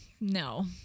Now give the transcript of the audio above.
No